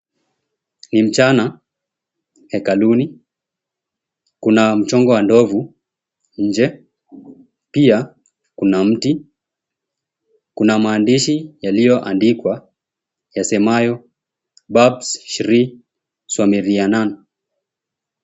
Ni mchana hekaluni. Kuna mchongo wa ndovu nje, pia kuna mti. Kuna maandishi yaliyoandikwa yasemayo, Bashri Swamiyirianan.